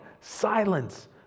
silence